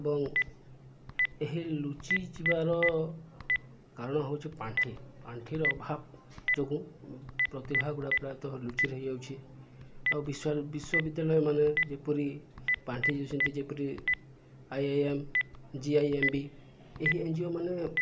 ଏବଂ ଏହି ଲୁଚି ଯିବାର କାରଣ ହଉଛି ପାଣ୍ଠି ପାଣ୍ଠିର ଅଭାବ ଯୋଗୁଁ ପ୍ରତିଭା ଗୁଡ଼ା ପ୍ରାୟତଃ ଲୁଚି ରହିଯାଉଛି ଆଉ ବିଶ୍ୱ ବିଶ୍ୱବିଦ୍ୟାଳୟ ମାନେ ଯେପରି ପାଣ୍ଠି ଦେଉଛନ୍ତି ଯେପରି ଆଇଆଇଏମ୍ ଜିଆଇଏମ୍ବି ଏହି ଏନଜିଓ ମାନେ